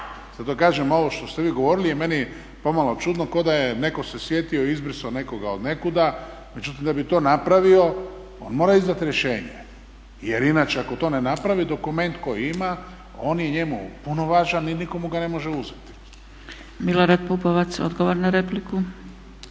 Zato kažem ovo što ste vi govorili je meni pomalo čudno kao da je netko se sjetio i izbrisao nekoga od nekuda. Međutim, da bi to napravio on mora izdati rješenje jer inače ako to ne napravi dokument koji ima on je njemu punovažeći i nitko mu ga ne može uzeti. **Zgrebec, Dragica